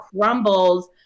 crumbles